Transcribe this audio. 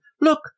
Look